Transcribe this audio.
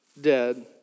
dead